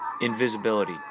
invisibility